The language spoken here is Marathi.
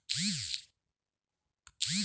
ज्वारीचे पीक कोणत्या हंगामात लावतात?